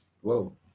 Whoa